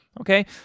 okay